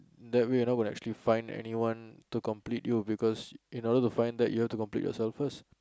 that way you'll not going to actually find anyone to complete you because in order to find that you have to complete yourself first